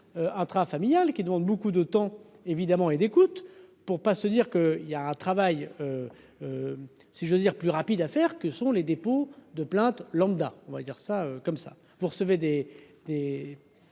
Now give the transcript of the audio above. intrafamiliales qui demande beaucoup de temps, évidemment et d'écoute. Pour pas se dire que, il y a un travail si j'ose dire, plus rapide à faire : que sont les dépôts de plainte lambda, on va dire ça comme ça, vous recevez des